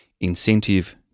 incentive